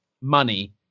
money